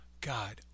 God